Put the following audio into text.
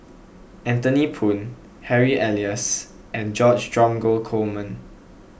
Anthony Poon Harry Elias and George Dromgold Coleman